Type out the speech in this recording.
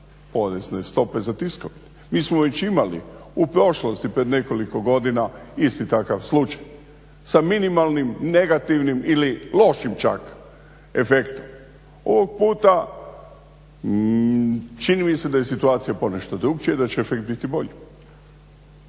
porezne stope za tiskovine. Mi smo već imali u prošlosti pred nekoliko godina isti takav slučaj. Sa minimalnim negativnim ili lošim čak efektom. Ovog puta čini mi se da je situacija ponešto drukčija i da će efekt biti bolji.